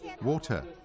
Water